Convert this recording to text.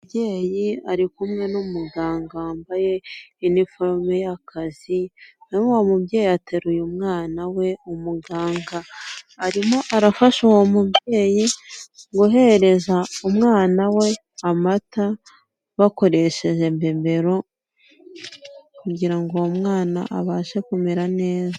Umubyeyi ari kumwe n'umuganga wambaye iniforume y'akazi, uwo mubyeyi ateruye umwana we, umuganga arimo arafasha uwo mubyeyi guhereza umwana we amata, bakoresheje bibero, kugira ngo uwo mwana abashe kumera neza.